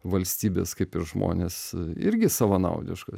valstybės kaip ir žmonės irgi savanaudiškos